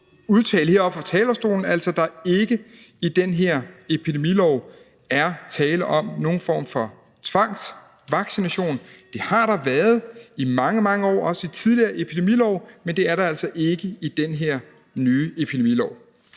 udtale heroppe fra talerstolen, at der altså ikke i den her epidemilov er tale om nogen form for tvangsvaccination; det har der været i mange, mange år, også i tidligere epidemilove, men det er der altså ikke i den her nye epidemilov.